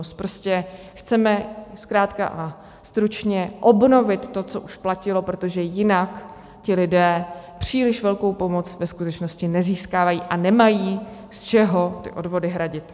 Prostě chceme zkrátka a stručně obnovit to, co už platilo, protože jinak ti lidé příliš velkou pomoc ve skutečnosti nezískávají a nemají, z čeho ty odvody hradit.